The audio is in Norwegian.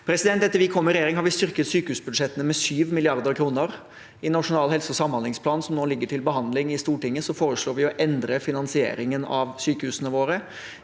våre. Etter at vi kom i regjering, har vi styrket sykehusbudsjettene med 7 mrd. kr. I Nasjonal helse- og samhandlingsplan, som nå ligger til behandling i Stortinget, foreslår vi å endre finansieringen av sykehusene våre,